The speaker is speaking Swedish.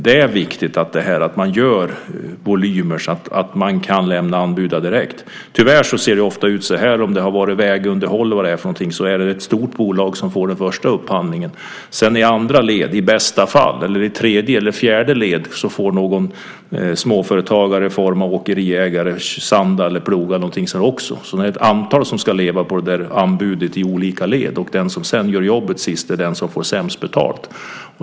Det är viktigt att man gör volymer så att man kan lämna anbuden direkt. Tyvärr ser det ofta ut på ett annat sätt om det gäller vägunderhåll och så vidare. Då är det ett stort bolag som får den första upphandlingen. I andra led, i bästa fall, eller i tredje eller fjärde led får någon småföretagare i form av åkeriägare sanda eller ploga. Det är ett antal som ska leva på anbudet i olika led. Den som sedan gör jobbet sist är den som får sämst betalt.